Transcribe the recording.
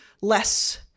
less-